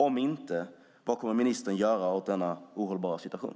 Om inte, vad kommer ministern att göra åt denna ohållbara situation?